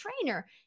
trainer